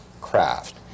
craft